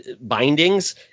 bindings